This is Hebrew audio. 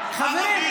אתה ערבי,